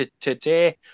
today